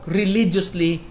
religiously